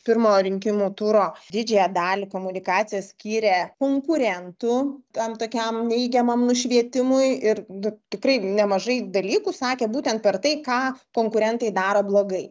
pirmojo rinkimų turo didžiąją dalį komunikacijos skyrė konkurentų tam tokiam neigiamam nušvietimui ir nu tikrai nemažai dalykų sakė būtent per tai ką konkurentai daro blogai